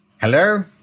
Hello